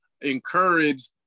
encourage